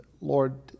lord